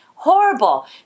horrible